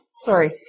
Sorry